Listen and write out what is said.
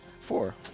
four